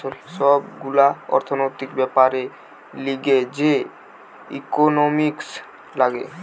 সব গুলা অর্থনৈতিক বেপারের লিগে যে ইকোনোমিক্স লাগে